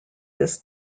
this